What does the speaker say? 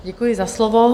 Děkuji za slovo.